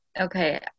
Okay